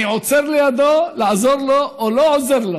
אני עוצר לידו לעזור לו או לא עוזר לו?